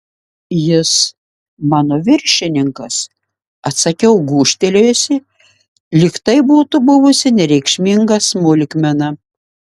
jis mano viršininkas atsakiau gūžtelėjusi lyg tai būtų buvusi nereikšminga smulkmena